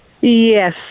Yes